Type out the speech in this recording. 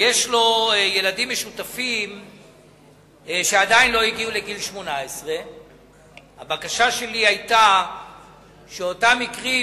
ויש לו ילדים שעדיין לא הגיעו לגיל 18. הבקשה שלי היתה שבאותם מקרים